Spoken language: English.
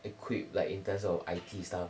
equipped like in terms of I_T stuff